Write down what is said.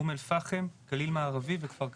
אום אל פאחם, גליל מערבי וכפר קאסם.